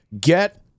Get